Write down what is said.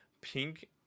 pink